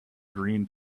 green